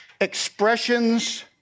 Expressions